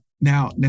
Now